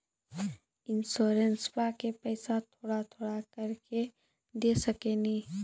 इंश्योरेंसबा के पैसा थोड़ा थोड़ा करके दे सकेनी?